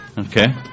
Okay